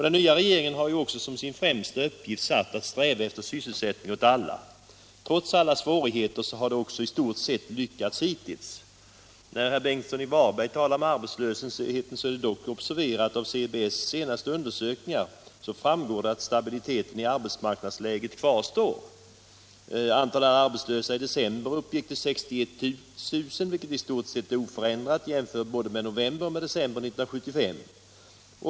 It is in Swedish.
Den nya regeringen har ju också som sin främsta uppgift satt att sträva efter sysselsättning åt alla. Trots alla svårigheter har det också i stort sett lyckats hittills. När herr Ingemund Bengtsson i Varberg talar om arbetslösheten, är det dock att observera att av SCB:s senaste undersökningar framgår att stabiliteten i arbetsmarknadsläget kvarstår. Antalet arbetslösa i december uppgick till 61 000, vilket är i stort sett oförändrat jämfört både med november och med december 1975.